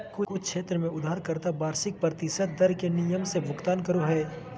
कुछ क्षेत्र में उधारकर्ता वार्षिक प्रतिशत दर के नियम से भुगतान करो हय